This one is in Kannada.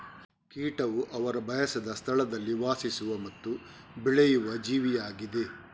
ಕೀಟವು ಅವರು ಬಯಸದ ಸ್ಥಳದಲ್ಲಿ ವಾಸಿಸುವ ಮತ್ತು ಬೆಳೆಯುವ ಜೀವಿಯಾಗಿದೆ